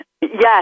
yes